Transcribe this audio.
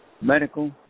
medical